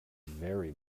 very